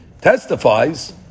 testifies